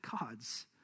gods